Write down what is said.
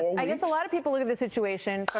i guess a lot of people look at the situation,